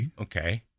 Okay